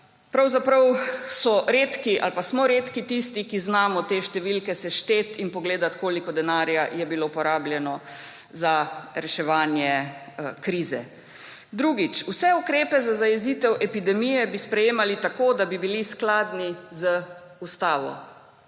pravzaprav smo redki tisti, ki znamo te številke sešteti in pogledati, koliko denarja je bilo porabljenega za reševanje krize. Drugič. Vse ukrepe za zajezitev epidemije bi sprejemali tako, da bi bili skladni z ustavo.